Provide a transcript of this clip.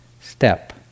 step